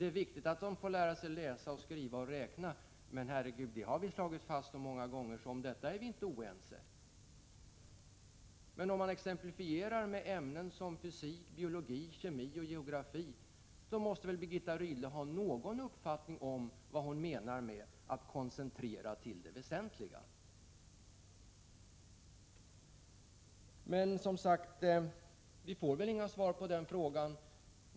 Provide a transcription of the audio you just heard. Det är viktigt att eleverna får lära sig att läsa, skriva och räkna, men detta är något som vi många gånger slagit fast och som vi inte är oense om. När man exemplifierar med ämnen som fysik, biologi, kemi och geografi måste väl Birgitta Rydle ändock ha någon uppfattning om vad hon menar med att koncentrera till det väsentliga. Men vi får väl inget svar på den frågan.